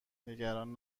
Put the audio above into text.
نگران